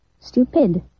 stupid